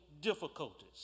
difficulties